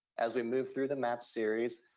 as we move through the map series,